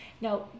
Now